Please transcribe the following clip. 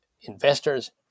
investors